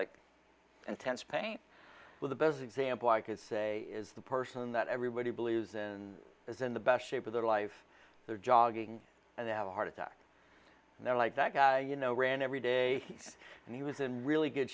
like intense pain with the best example i could say is the person that everybody believes in is in the best shape of their life their jogging and they have a heart attack and they're like that guy you know ran every day and he was in really good